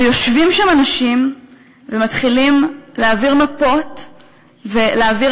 יושבים שם אנשים ומתחילים להעביר מפות ולהעביר